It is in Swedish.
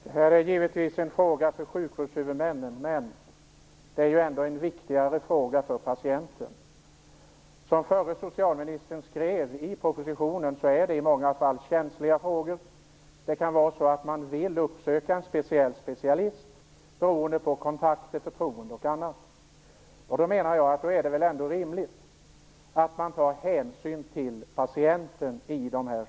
Herr talman! Detta är givetvis en fråga för sjukvårdshuvudmännen, men det är också en viktig fråga för patienten. Som den förra socialministern skrev i propositionen rör det sig i många fall om känsliga frågor. Det kan vara så att man vill uppsöka en viss specialist beroende på kontakt, förtroende och annat. Då är det väl ändå rimligt att man tar hänsyn till patienten.